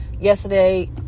yesterday